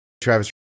travis